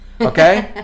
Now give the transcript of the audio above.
okay